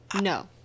No